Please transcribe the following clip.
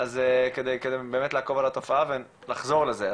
כדי באמת לעקוב אחרי התופעה ולחזור לזה.